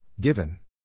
Given